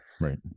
Right